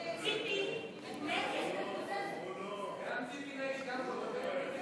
וקבוצת סיעת מרצ לסעיף 1 לא נתקבלה.